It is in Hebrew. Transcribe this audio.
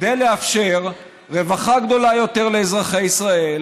לאפשר רווחה גדולה יותר לאזרחי ישראל,